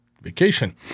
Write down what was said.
vacation